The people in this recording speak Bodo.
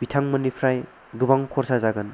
बिथांमोननिफ्राय गोबां खरसा जागोन